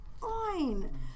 Fine